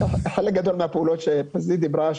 חלק גדול מהפעולות שפזית דיברה עליהן,